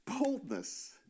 boldness